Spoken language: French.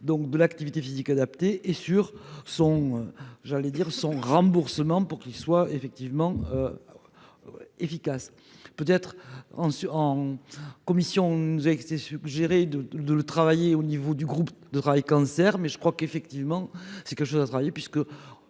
donc de l'activité physique adaptée et sur son, j'allais dire son remboursement pour qu'il soit effectivement. Efficace. Peut être en en commission nous avait été suggéré de de le travailler au niveau du groupe de cancer mais je crois qu'effectivement c'est quelque chose dois travailler puisque